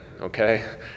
Okay